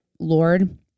Lord